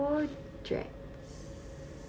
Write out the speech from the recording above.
oh jacks